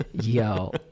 yo